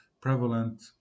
prevalent